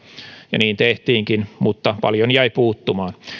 ja niin tehtiinkin mutta paljon jäi puuttumaan